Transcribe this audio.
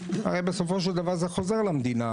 הרי בסופו של דבר זה חוזר למדינה,